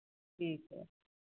ठीक है